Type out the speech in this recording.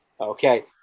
Okay